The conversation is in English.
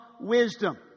wisdom